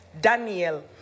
Daniel